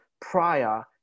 prior